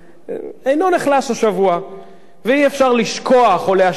ואי-אפשר לשכוח או להשכיח את העובדה שמר אולמרט,